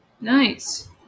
Nice